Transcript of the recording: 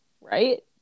right